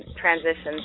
transitions